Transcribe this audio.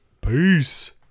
Peace